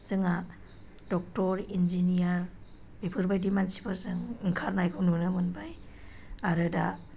जोंहा doctor engineer बेफोरबायदि मानसिफोरजों ओंखारनायखौ नुनो मोनबाय आरो दा